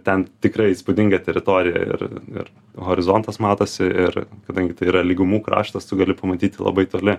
ten tikrai įspūdinga teritorija ir ir horizontas matosi ir kadangi tai yra lygumų kraštas tu gali pamatyti labai toli